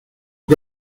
que